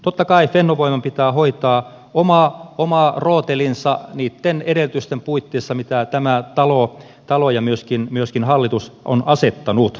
totta kai fennovoiman pitää hoitaa oma rootelinsa niitten edellytysten puitteissa mitä tämä talo ja myöskin hallitus ovat asettaneet